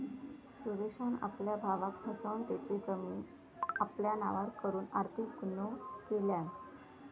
सुरेशान आपल्या भावाक फसवन तेची जमीन आपल्या नावार करून आर्थिक गुन्हो केल्यान